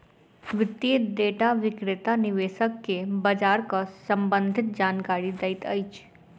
वित्तीय डेटा विक्रेता निवेशक के बजारक सम्भंधित जानकारी दैत अछि